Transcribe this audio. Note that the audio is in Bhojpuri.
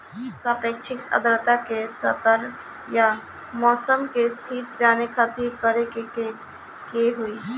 सापेक्षिक आद्रता के स्तर या मौसम के स्थिति जाने खातिर करे के होई?